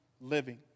living